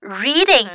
reading